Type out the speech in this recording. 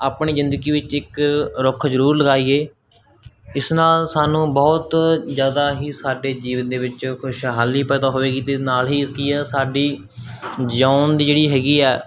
ਆਪਣੀ ਜ਼ਿੰਦਗੀ ਵਿੱਚ ਇੱਕ ਰੁੱਖ ਜ਼ਰੂਰ ਲਗਾਈਏ ਇਸ ਨਾਲ ਸਾਨੂੰ ਬਹੁਤ ਜ਼ਿਆਦਾ ਹੀ ਸਾਡੇ ਜੀਵਨ ਦੇ ਵਿੱਚ ਖੁਸ਼ਹਾਲੀ ਪੈਦਾ ਹੋਵੇਗੀ ਅਤੇ ਨਾਲ ਹੀ ਕੀ ਹੈ ਸਾਡੀ ਜਿਉਣ ਦੀ ਜਿਹੜੀ ਹੈਗੀ ਐ